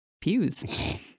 pews